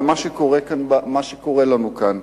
למה שקורה לנו כאן,